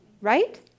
right